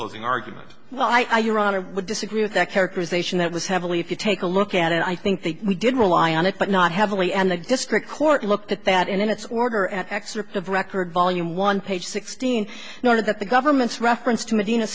closing argument well i your honor would disagree with that characterization that was heavily if you take a look at it i think we did rely on it but not heavily and the district court looked at that in its order an excerpt of record volume one page sixteen noted that the government's reference to medina